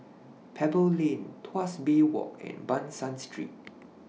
Pebble Lane Tuas Bay Walk and Ban San Street